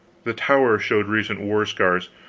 the tower showed recent war-scars.